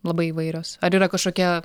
labai įvairios ar yra kažkokia